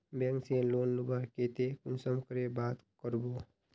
Bank से loan लुबार केते कुंसम करे बात करबो?